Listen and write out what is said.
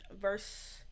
verse